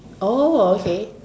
oh okay